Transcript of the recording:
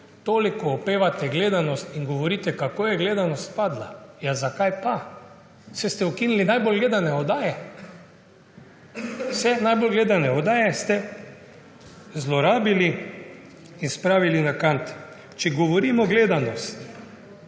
Toliko opevate gledanost in govorite, kako je gledanost padla. Ja, zakaj pa? Saj ste ukinili najbolj gledane oddaje. Vse najbolj gledane oddaje ste zlorabili in spravili na kant. Če govorimo o gledanosti